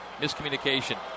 miscommunication